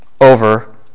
over